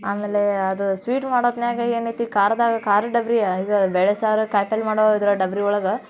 ಆಮೇಲೆ ಅದು ಸ್ವೀಟ್ ಮಾಡೊತ್ನಾಗ ಏನೈತಿ ಖಾರ್ದಾಗ ಖಾರದ ಡಬರಿ ಇದು ಬೇಳೆ ಸಾರು ಕಾಯಿಪಲ್ಲೆ ಮಾಡೋದು ಡಬರಿ ಒಳಗೆ